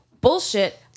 Bullshit